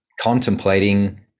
contemplating